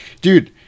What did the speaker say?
Dude